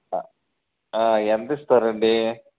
ఎంతిస్తారండి